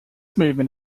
movement